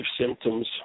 symptoms